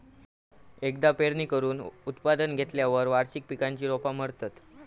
एकदा पेरणी करून उत्पादन घेतल्यार वार्षिक पिकांची रोपा मरतत